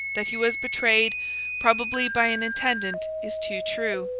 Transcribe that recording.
that he was betrayed probably by an attendant is too true.